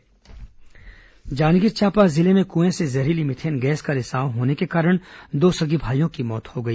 जांजगीर क्आं मौत जांजगीर चांपा जिले में कुएं से जहरीली मीथेन गैस का रिसाव होने के कारण दो सगे भाइयों की मौत हो गई